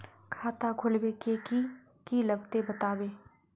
खाता खोलवे के की की लगते बतावे?